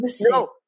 No